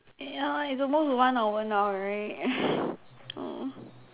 ya it's almost one hour now right